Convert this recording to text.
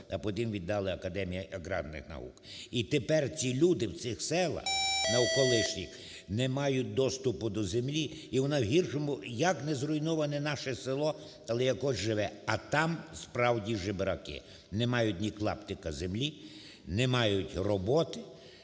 а потім віддали Академії агарних наук. І тепер ці люди в цих селах колишніх не мають доступу до землі і вона в гіршому, як не зруйноване наше село, але якось живе, а там справді жебраки – не мають ні клаптика землі, не мають роботи